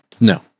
No